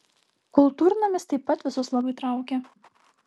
kultūrnamis taip pat visus labai traukė